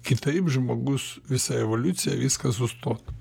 kitaip žmogus visa evoliucija viskas sustotų